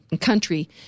country